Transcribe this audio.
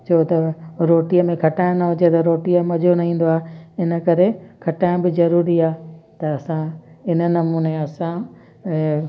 छो त रोटीअ में खटाइणु न हुजे त रोटी में मज़ो न ईंदो आहे इन करे खटाइण बि ज़रूरी आहे त असां इन नमूने असां ऐं